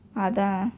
அதான்:athaan